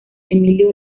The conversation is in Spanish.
emilio